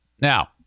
Now